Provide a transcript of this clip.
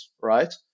right